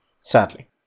Sadly